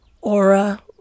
aura